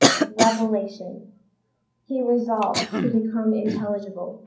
revelation he resolves to become intelligible,